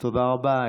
תודה רבה.